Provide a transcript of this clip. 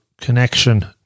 connection